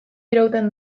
irauten